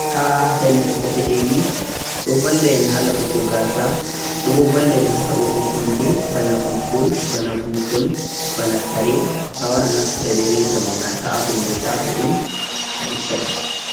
reza ni do valla en ha helnugo pedeli doh valla en ha labugo gasa doh boh valla en ha ta'ogo hunde bana boggol bana butol bana kare a wawan a naftira beh reza mai a ta'a hunde chatudhum a itta dhum